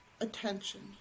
attention